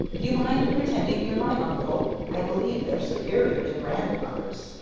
do you mind pretending you're my uncle? i believe they're superior to grandmothers.